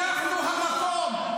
אנחנו המקום.